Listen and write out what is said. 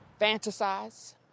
fantasize